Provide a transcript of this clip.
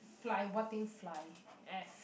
fly what thing fly F